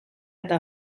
eta